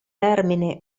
termine